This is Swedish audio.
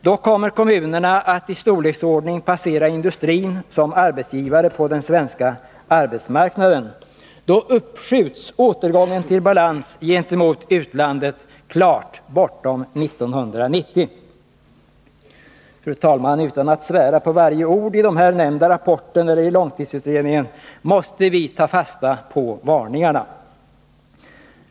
Då kommer kommunerna att i storleksordning passera industrin som arbetsgivare på den svenska arbetsmarknaden. Då uppskjuts återgången till balans gentemot utlandet klart bortom 1990. Fru talman! Utan att svära på varje ord i den nämnda rapporten eller i långtidsutredningen anser jag att vi måste ta fasta på varningarna.